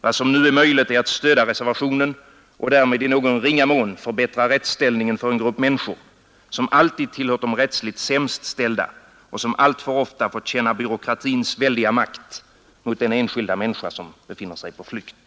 Vad som nu är möjligt är att stödja reservationen och därmed i någon ringa mån förbättra rättsställningen för en grupp människor som alltid tillhört de rättsligt sämst ställda och som alltför ofta fått känna byråkratins väldiga makt mot den enskilda människan som befinner sig på flykt.